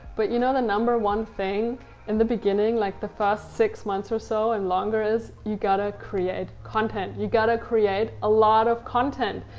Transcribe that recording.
but you know the number one thing in the beginning, like the first six months or so and longer is, you gotta create content. you gotta create a lot of content.